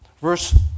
verse